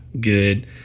good